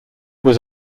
was